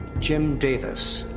jim davis